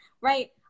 right